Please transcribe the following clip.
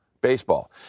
baseball